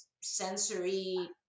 sensory